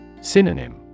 Synonym